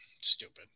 Stupid